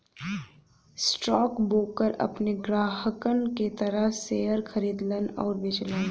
stockbroker अपने ग्राहकन के तरफ शेयर खरीदलन आउर बेचलन